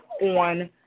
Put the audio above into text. on